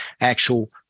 actual